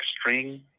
string